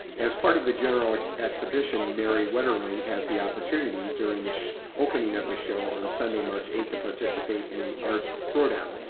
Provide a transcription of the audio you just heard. as part of the general ah exhibition, mary wetterling has the opportunity during the opening of the show on sunday, march, eight, to participate in the art throwdown.